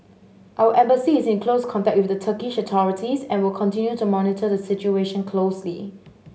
our Embassy is in close contact with the Turkish authorities and will continue to monitor the situation closely